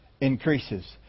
increases